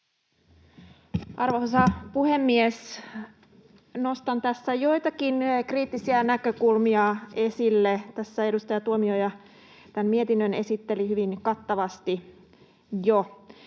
Arvoisa puhemies! Nostan tässä joitakin kriittisiä näkökulmia esille. Tässä edustaja Tuomioja tämän mietinnön esitteli hyvin kattavasti jo.